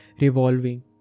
revolving